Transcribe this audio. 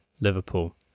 Liverpool